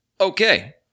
okay